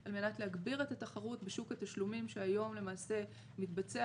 על מנת להגביר את התחרות בשוק התשלומים שהיום למעשה מתבצע